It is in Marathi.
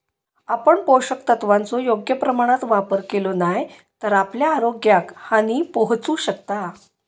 आपण पोषक तत्वांचो योग्य प्रमाणात वापर केलो नाय तर आपल्या आरोग्याक हानी पोहचू शकता